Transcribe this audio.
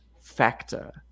factor